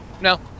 no